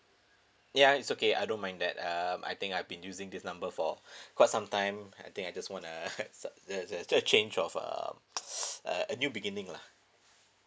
ya it's okay I don't mind that um I think I've been using this number for quite some time I think I just wanna sub uh uh the change of um uh a new beginning lah